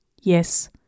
Yes